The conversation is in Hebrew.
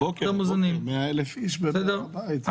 הבוקר 100,000 איש בהר הבית.